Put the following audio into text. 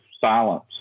silence